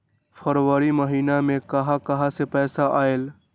फरवरी महिना मे कहा कहा से पैसा आएल?